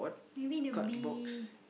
maybe there will be